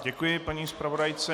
Děkuji paní zpravodajce.